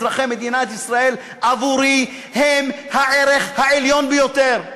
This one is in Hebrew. של אזרחי מדינת ישראל עבורי הם הערך העליון ביותר.